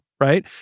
right